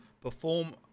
perform